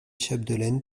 chapdelaine